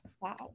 Wow